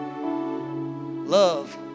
Love